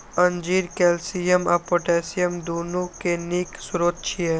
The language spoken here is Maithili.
अंजीर कैल्शियम आ पोटेशियम, दुनू के नीक स्रोत छियै